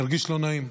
הרגיש לא נעים.